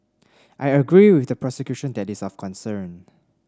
I agree with the prosecution that is of concern